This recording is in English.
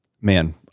man